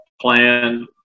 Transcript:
plan